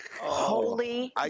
Holy